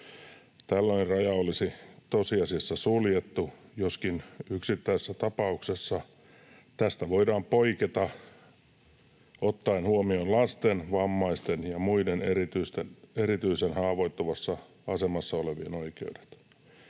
Tällöin raja olisi tosiasiassa suljettu, joskin yksittäisessä tapauksessa tästä voidaan poiketa ottaen huomioon lasten, vammaisten ja muiden erityisen haavoittuvassa asemassa olevien oikeudet.